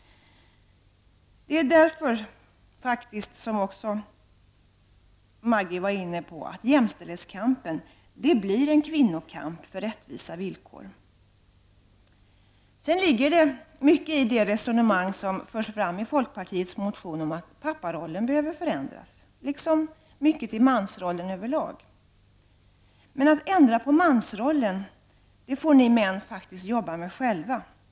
Därför blir faktiskt jämställdhetskampen, som Maggi Mikaelsson också var inne på, en kvinnokamp för rättvisa villkor. Sedan ligger det mycket i det resonemang som förs i folkpartiets motion om att papparollen behöver förändras liksom mansrollen över lag. Men detta med att ändra på mansrollen får ni män faktiskt jobba med själva.